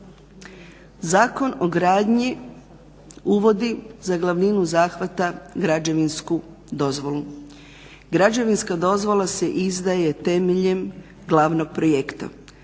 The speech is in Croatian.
Zakon o gradnji uvodi za glavninu zahvata građevinsku dozvolu. Građevinska dozvola se izdaje temeljem glavnog projekta.